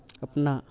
अपना